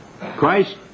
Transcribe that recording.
Christ